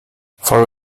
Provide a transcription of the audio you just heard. for